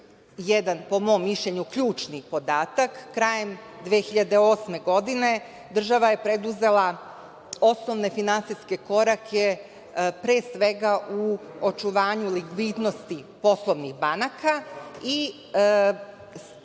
jedan, po mom mišljenju, ključni podatak. Krajem 2008. godine država je preduzela osnovne finansijske korake, pre svega u očuvanju likvidnosti poslovnih banaka, i